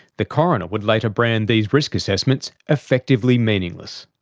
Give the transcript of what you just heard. the coroner would later brand these risk assessments effectively meaningless.